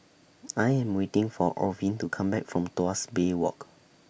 I Am waiting For Orvin to Come Back from Tuas Bay Walk